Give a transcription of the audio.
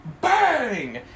Bang